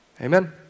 amen